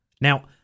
Now